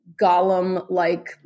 golem-like